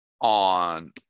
on